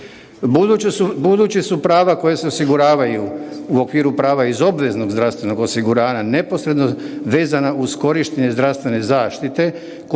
Budući su prava koja se osiguravaju u okviru prava iz obveznog zdravstvenog osiguranja neposredno vezana uz korištenje zdravstvene zaštite